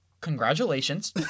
Congratulations